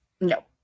No